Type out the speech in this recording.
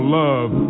love